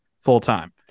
full-time